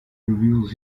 reveals